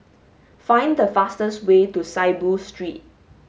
find the fastest way to Saiboo Street